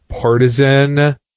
partisan